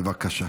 בבקשה.